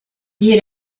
you